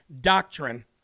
doctrine